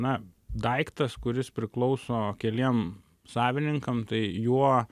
na daiktas kuris priklauso keliem savininkam tai juo